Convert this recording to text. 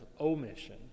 omission